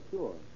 Sure